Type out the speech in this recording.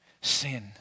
sin